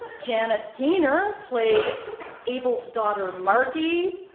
janet gaynor played able's daughter, margy,